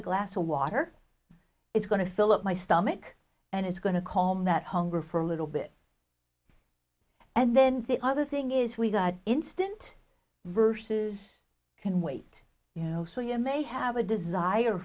a glass of water it's going to fill up my stomach and it's going to call me that hunger for a little bit and then the other thing is we got instant verses can wait you know so you may have a desire